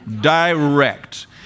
Direct